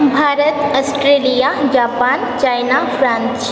Bharat Australia Japan China France